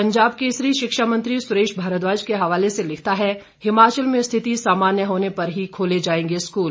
पंजाब केसरी शिक्षा मंत्री सुरेश भारद्वाज के हवाले से लिखता है हिमाचल में स्थिति सामान्य होने पर ही खोले जाएंगे स्कूल